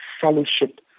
fellowship